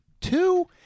Two